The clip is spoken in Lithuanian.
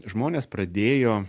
žmonės pradėjo